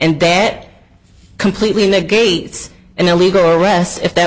and dat completely negates an illegal arrest if that